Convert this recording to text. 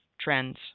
trends